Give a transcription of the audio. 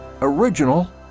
Original